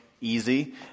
easy